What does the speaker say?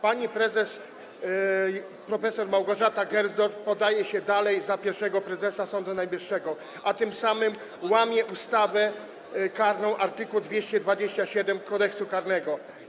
Pani prezes prof. Małgorzata Gersdorf podaje się dalej za pierwszego prezesa Sądu Najwyższego, a tym samym łamie ustawę karną, art. 227 Kodeksu karnego.